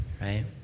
right